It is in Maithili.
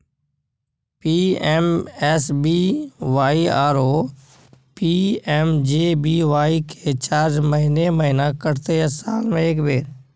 पी.एम.एस.बी.वाई आरो पी.एम.जे.बी.वाई के चार्ज महीने महीना कटते या साल म एक बेर?